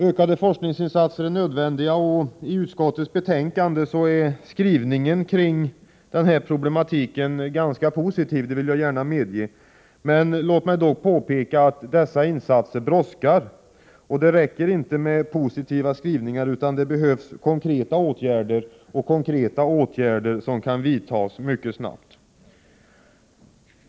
Ökade forskningsinsatser är nödvändiga, och i utskottets betänkande är skrivningen kring den problematiken ganska positiv — det vill jag gärna medge. Men låt mig då påpeka att dessa insatser brådskar. Det räcker inte med positiva skrivningar, utan det behövs konkreta åtgärder, som kan vidtas mycket snart.